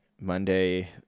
Monday